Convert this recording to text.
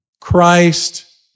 Christ